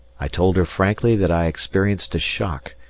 i told her frankly that i experienced a shock,